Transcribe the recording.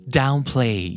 downplay